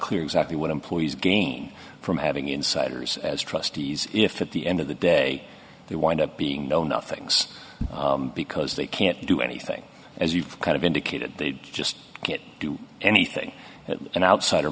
clear exactly what employees gain from having insiders as trustees if at the end of the day they wind up being no nothings because they can't do anything as you've kind of indicated they just can't do anything an outsider